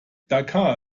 dakar